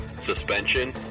suspension